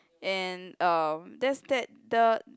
and uh that's that the